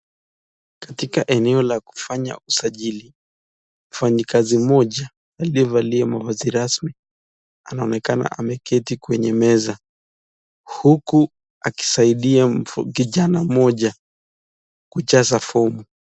Katika eneo la kufanya usajili, mfanyikazi mmoja, aliyevalia mavazi rasmi, anaonekana ameketi kwenye meza, huku akisaidia mvu, kijana mmoja, kujaza fomu.